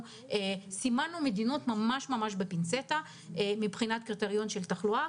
סימנו מדינות ממש ממש בפינצטה מבחינת קריטריון של תחלואה.